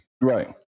Right